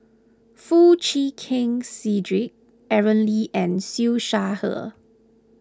Foo Chee Keng Cedric Aaron Lee and Siew Shaw Her